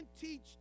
teach